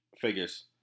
figures